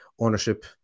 ownership